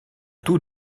tout